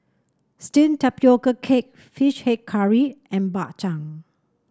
steamed Tapioca Cake fish head curry and Bak Chang